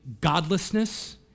godlessness